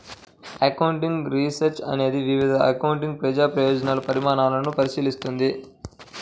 accounting research అనేది వివిధ accounting ప్రజా ప్రయోజన పరిణామాలను పరిశీలిస్తుంది